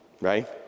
right